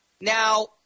Now